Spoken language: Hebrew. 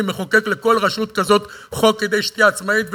ומחוקק לכל רשות כזאת חוק כדי שתהיה עצמאית,